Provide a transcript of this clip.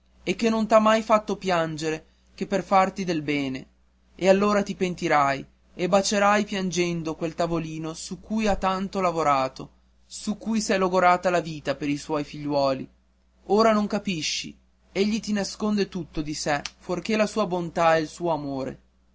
e che non t'ha mai fatto piangere che per farti del bene e allora ti pentirai e bacierai piangendo quel tavolino su cui ha tanto lavorato su cui s'è logorata la vita per i suoi figliuoli ora non capisci egli ti nasconde tutto di sé fuorché la sua bontà e il suo amore